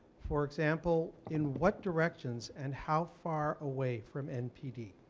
for example, in what directions, and how far away from npd?